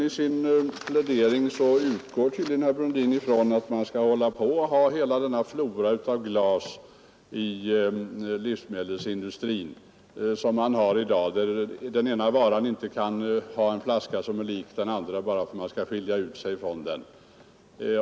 I sin plädering utgår herr Brundin tydligen från att man skall ha hela denna flora av glas i livsmedelsindustrin som man har i dag och där den ena varan inte kan ha en flaska som är den andra lik utan till varje pris skall skiljas ut.